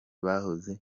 bahoze